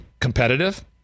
competitive